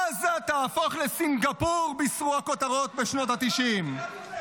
עזה תהפוך לסינגפור, בישרו הכותרות בשנות התשעים.